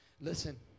Listen